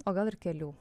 o gal ir kelių